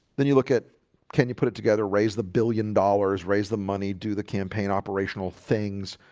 then you look at can you put it together raise the billion dollars raise the money do the campaign operational things,